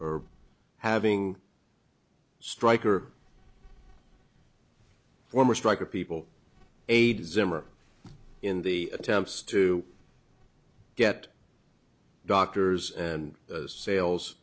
or having striker former striker people aid zimmer in the attempts to get doctors and sales